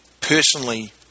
personally